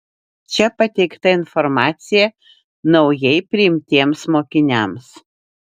čia pateikta informacija naujai priimtiems mokiniams